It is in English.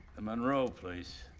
the monroe place.